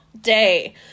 day